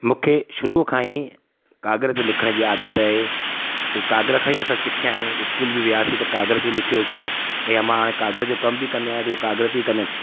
मूंखे शुरुअ खां ई काॻर ते लिखण जी आदतु आहे छोकि काॻर खां ई असां सिखिया आहियूं स्कूल बि वियासि त काॻर ते ई लिखियोसि या मां हाणे काॻर जो कम बि कंदो आहियां त उहो काॻर ते कंदा आहिनि